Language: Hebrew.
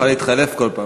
כבר התחלף כל פעם,